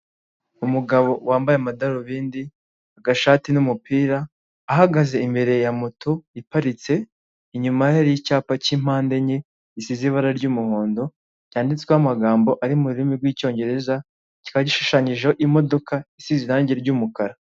Umugabo wambaye amadarubindi, agashati n'umupira ahagaze imbere ya moto iparitse; inyuma ye hari icyapa cy'impande enye gisize ibara ry'umuhondo cyanditsweho amagambo ari mu rurimi rw'icyongereza; kikaba gishushanyijeho imodoka isize irangi ry'umukara.